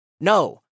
No